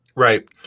Right